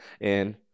and-